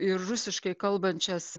ir rusiškai kalbančias